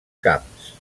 camps